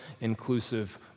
inclusive